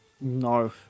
No